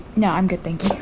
know, i'm good. thank you.